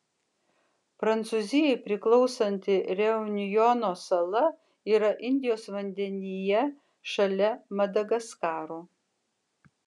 prancūzijai priklausanti reunjono sala yra indijos vandenyje šalia madagaskaro